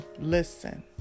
listen